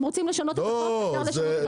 אם רוצים לשנות את החוק אפשר לשנות את החוק,